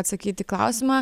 atsakyt į klausimą